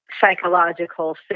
psychological